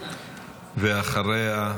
ואחריה,